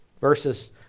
verses